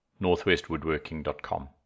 northwestwoodworking.com